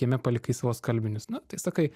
kieme palikai savo skalbinius nu tai sakai